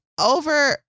over